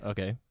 Okay